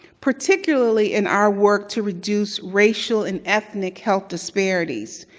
particularly in our work to reduce racial and ethnic health disparities,